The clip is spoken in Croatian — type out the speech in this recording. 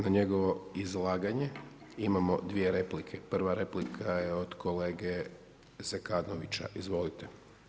Na njegovo izlaganje imamo dvije replike, prva replika je od kolege Zekanovića, izvolite.